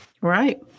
Right